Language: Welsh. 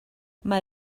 mae